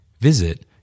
Visit